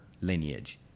lineage